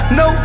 no